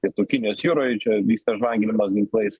pietų kinijos jūroje čia vyksta žvanginimas ginklais